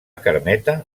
carmeta